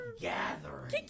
gathering